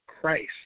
Christ